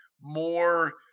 more